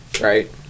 Right